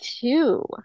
two